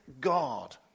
God